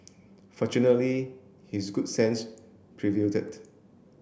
fortunately his good sense